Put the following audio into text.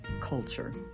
culture